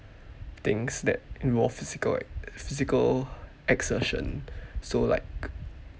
things that involve physical physical exertion so like